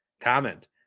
comment